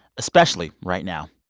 especially right now